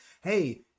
hey